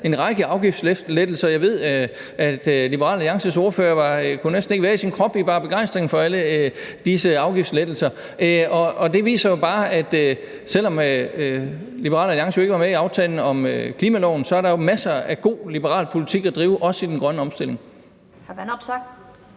en række afgiftslettelser, og jeg ved, at Liberal Alliances ordfører næsten ikke kunne være i sin krop af bare begejstring over alle disse afgiftslettelser. Det viser jo bare, at selv om Liberal Alliance jo ikke var med i aftalen om klimaloven, er der masser af god liberal politik at drive, også i den grønne omstilling.